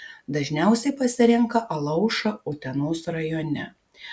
dažniausiai pasirenka alaušą utenos rajone